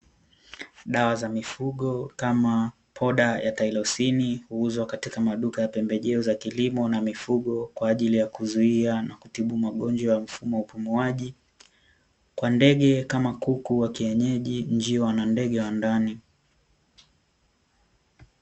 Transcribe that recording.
Dawa za mifugo, kama poda ya "tailosini" huuzwa katika maduka ya pembejeo za kilimo na mifugo kwa ajili ya kuzuia na kutibu magonjwa ya mifumo ya upumuaji kwa ndege kama kuku wa kienyeji, njiwa na ndege wa ndani.